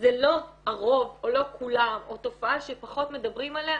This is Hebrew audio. זה לא הרוב או לא כולם או תופעה שפחות מדברים עליה,